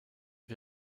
wir